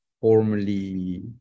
formally